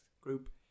group